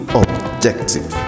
objective